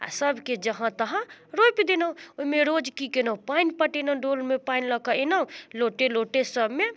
आओर सबके जहाँ तहाँ रोपि देलहुँ ओहिमे रोज कि केलहुँ पानि पटेलहुँ डोलमे पानि लऽ कऽ अएलहुँ लोटे लोटे सबमे